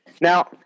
Now